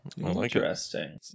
Interesting